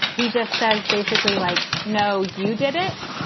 he just says basically like, no, you did it.